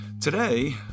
Today